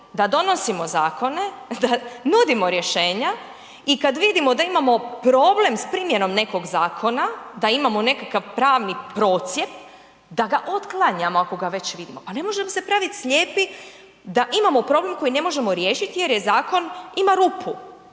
da donosimo zakone, da nudimo rješenja i kad vidimo da imamo problem sa primjenom nekog zakona, da imamo nekakav pravni procjep, da ga otklanjamo ako ga već vidimo. Pa ne možemo se praviti slijepi da imamo problem koji ne možemo riješiti jer zakon ima rupu.